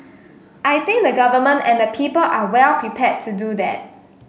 I think the Government and the people are well prepared to do that